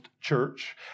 church